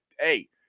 hey